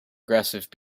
aggressive